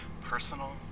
Personal